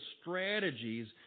strategies